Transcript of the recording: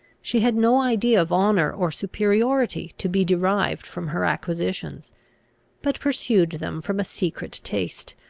she had no idea of honour or superiority to be derived from her acquisitions but pursued them from a secret taste,